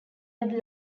had